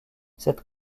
cette